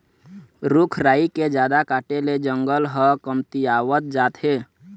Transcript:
रूख राई के जादा काटे ले जंगल ह कमतियावत जात हे